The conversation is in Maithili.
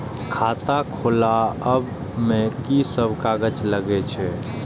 खाता खोलाअब में की सब कागज लगे छै?